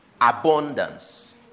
abundance